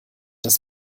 das